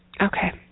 Okay